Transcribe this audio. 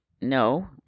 no